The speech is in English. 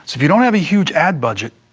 if you don't have a huge ad budget,